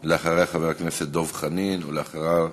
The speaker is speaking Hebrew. אחריה, חבר הכנסת דב חנין, ואחריו,